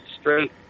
straight